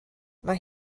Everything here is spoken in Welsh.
mae